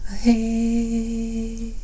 hey